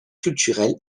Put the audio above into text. culturel